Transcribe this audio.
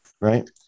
right